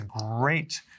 great